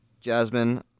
Jasmine